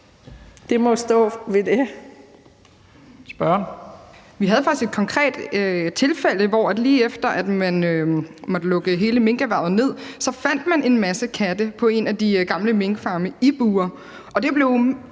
(ALT): Vi havde faktisk et konkret tilfælde, hvor man, lige efter at man måtte lukke hele minkerhvervet ned, fandt en masse katte på en af de gamle minkfarme i bur,